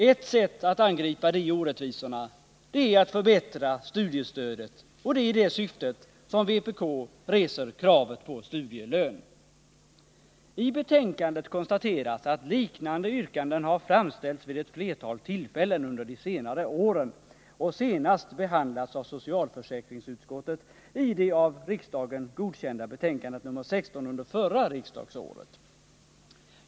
Ett sätt att angripa de orättvisorna är att förbättra studiestödet, och det är i det syftet som vpk reser kravet på studielön. I betänkandet konstateras att liknande yrkanden har framställts vid ett flertal tillfällen under de senare åren och senast behandlats av socialförsäkringsutskottet i det av riksdagen godkända betänkandet nr 16 under förra riksdagsåret.